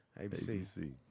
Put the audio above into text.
ABC